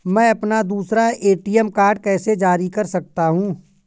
मैं अपना दूसरा ए.टी.एम कार्ड कैसे जारी कर सकता हूँ?